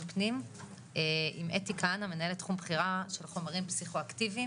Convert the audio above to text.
פנים עם אתי כהנא מנהלת תחום בכירה של חומרים פסיכואקטיביים.